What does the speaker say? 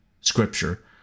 Scripture